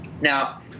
Now